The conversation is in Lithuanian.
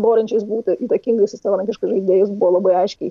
norinčiais būti įtakingais ir savarankiškais žaidėjais buvo labai aiškiai